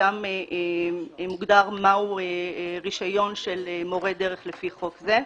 שם מוגדר מהו רישיון של מורה דרך לפי חוק זה.